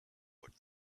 but